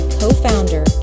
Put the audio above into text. co-founder